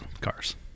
cars